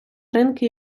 ринки